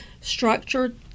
structured